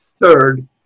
third